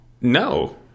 No